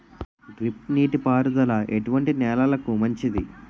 Drip నీటి పారుదల ఎటువంటి నెలలకు మంచిది?